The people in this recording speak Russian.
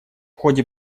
ходе